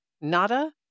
nada